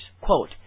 quote